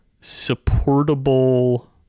supportable